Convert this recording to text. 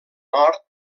nord